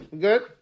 Good